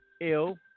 ill